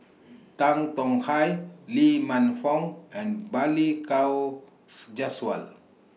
Tan Tong Hye Lee Man Fong and Balli Kaur Jaswal